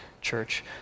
Church